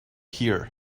here